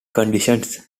conditions